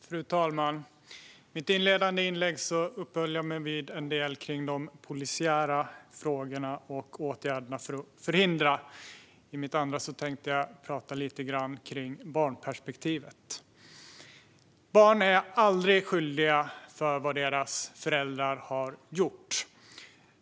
Fru talman! I mitt inledande inlägg uppehöll jag mig en del vid de polisiära frågorna och åtgärderna för att förhindra. I mitt andra tänkte jag tala lite grann om barnperspektivet. Barn är aldrig skyldiga för vad deras föräldrar har gjort.